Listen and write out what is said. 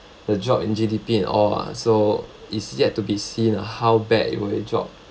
the drop in G_D_P and all ah so is yet to be seen how bad it will it drop